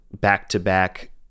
back-to-back